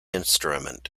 instrument